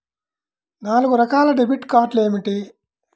నాలుగు రకాల డెబిట్ కార్డులు ఏమిటి?